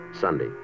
Sunday